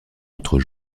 entre